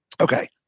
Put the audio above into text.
okay